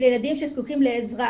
ביניים ובתיכון של ילדים שזקוקים לעזרה.